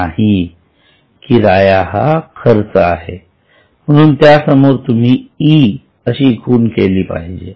नाही किराया हा खर्च आहे म्हणून त्या समोर तुम्ही E अशी खून केली पाहिजे